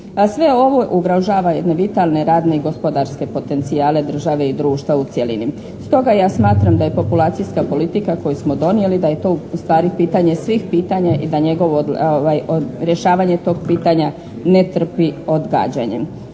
sve ovo ugrožava jedne vitalne radne i gospodarske potencijale države i društva u cjelini. Stoga ja smatram da je populacijska politika koju smo donijeli da je to ustvari pitanje svih pitanja i da njegovo rješavanje tog pitanja ne trpi odgađanje.